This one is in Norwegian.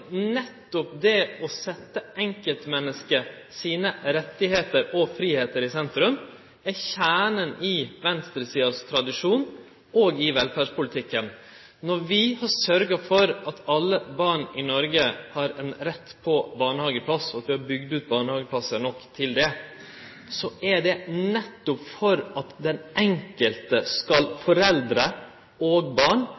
nettopp det å setje enkeltmennesket sine rettar og sin fridom i sentrum, er kjernen i venstresidas tradisjon òg i velferdspolitikken. Når vi har sørgt for at alle barn i Noreg har rett til ein barnehageplass og vi har bygd ut nok barnehageplassar til det, er det nettopp for at den enkelte, foreldre og barn, skal